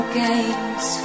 games